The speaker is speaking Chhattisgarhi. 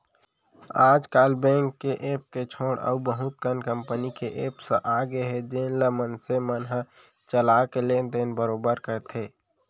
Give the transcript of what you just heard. आज काल बेंक के ऐप के छोड़े अउ बहुत कन कंपनी के एप्स आ गए हे जेन ल मनसे मन ह चला के लेन देन बरोबर करथे